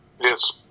Yes